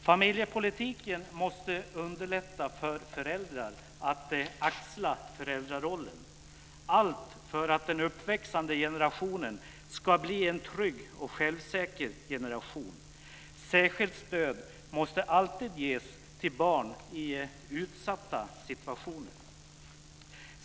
Familjepolitiken måste underlätta för föräldrar att axla föräldrarollen, allt för att den uppväxande generationen ska bli en trygg och självsäker generation. Särskilt stöd måste alltid ges till barn i utsatta situationer.